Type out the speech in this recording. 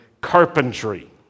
carpentry